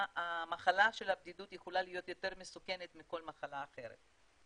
המחלה של הבדידות יכולה להיות מסוכנת מכל מחלה אחרת,